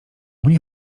mnie